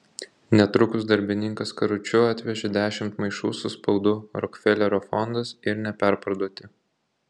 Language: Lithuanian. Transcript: netrukus darbininkas karučiu atvežė dešimt maišų su spaudu rokfelerio fondas ir neperparduoti